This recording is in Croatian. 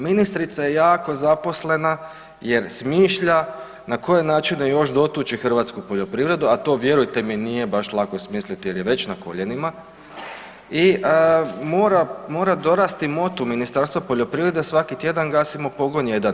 Ministrica je jako zaposlena jer smišlja na koje načine još dotući hrvatsku poljoprivredu, a to vjerujte mi nije baš lako smisliti jer je već na koljenima i mora dorasti motu Ministarstva poljoprivrede, svaki tjedan gasimo pogon jedan.